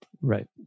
right